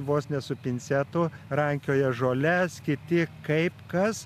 vos ne su pincetu rankioja žoles kiti kaip kas